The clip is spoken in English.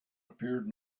appeared